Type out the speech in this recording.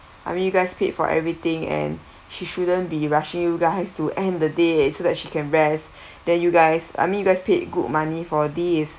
I mean you guys paid for everything and she shouldn't be rushing you guys to end the day so that she can rest then you guys I mean you guys paid good money for this